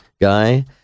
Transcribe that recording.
guy